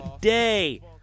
day